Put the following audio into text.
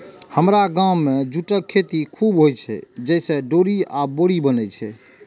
हमरा गाम मे जूटक खेती खूब होइ छै, जइसे डोरी आ बोरी बनै छै